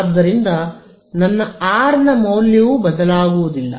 ಆದ್ದರಿಂದ ನನ್ನ R ನ ಮೌಲ್ಯವೂ ಬದಲಾಗುವುದಿಲ್ಲ